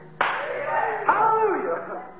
Hallelujah